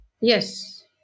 Yes